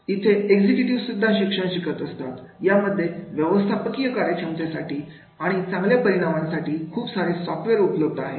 इथे एक्झिक्युटिव्ह सुद्धा शिकत असतात यामध्ये व्यवस्थापकीय कार्यक्षमतेसाठी आणि चांगल्या परिणामांसाठी खूप सारे सॉफ्टवेअर उपलब्ध आहेत